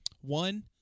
One